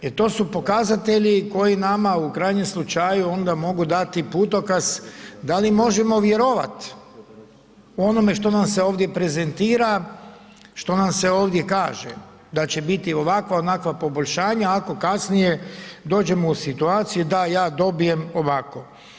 Jer to su pokazatelji koji nama u krajnjem slučaju onda mogu dati putokaz da li možemo vjerovati onome što nam se ovdje prezentira, što nam se ovdje kaže da će biti ovakva, onakva poboljšanja ako kasnije dođemo u situaciju da ja dobijem ovako.